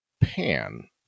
pan